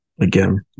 again